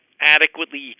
adequately